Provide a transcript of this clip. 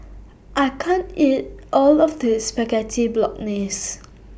I can't eat All of This Spaghetti Bolognese